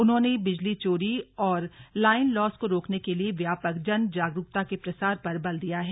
उन्होंने बिजली चोरी और लाइन लॉस को रोकने के लिए व्यापक जन जागरूकता के प्रसार पर बल दिया है